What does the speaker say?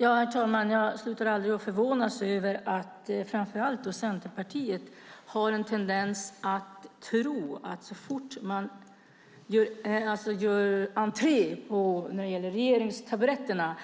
Herr talman! Jag slutar aldrig att förvånas över att framför allt Centerpartiet har en tendens att tro att så fort ett parti gör entré på regeringstaburetterna